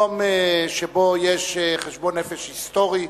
יום שבו יש חשבון נפש היסטורי